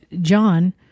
John